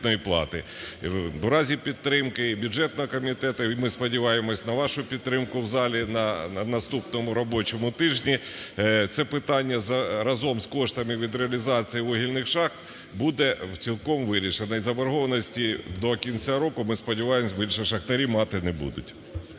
У разі підтримки і бюджетного комітету, і ми сподіваємося і на вашу підтримку в залі, на наступному робочому тижні це питання разом з коштами від реалізації вугільних шахт буде цілком вирішене. І заборгованості до кінця року, ми сподіваємося, більше шахтарі мати не будуть.